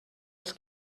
els